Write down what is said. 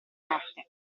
notte